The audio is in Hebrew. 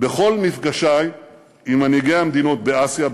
בכל מפגשי עם מנהיגי המדינות באסיה,